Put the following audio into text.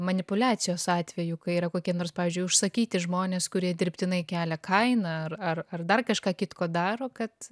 manipuliacijos atvejų kai yra kokie nors pavyzdžiui užsakyti žmonės kurie dirbtinai kelia kainą ar ar dar kažką kitko daro kad